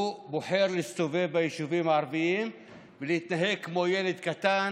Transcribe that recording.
הוא בוחר להסתובב ביישובים הערביים ולהתנהג כמו ילד קטן